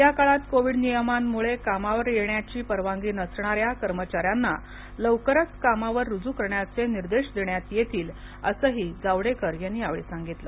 याकाळात कोविड नियमांमुळे कामावर येण्याची परवानगी नसणाऱ्या कर्मचार्यांना लवकरच कामावर रुजू करण्याचे निर्देश देण्यात येतील असंही जावडेकर यांनी यावेळी सांगितलं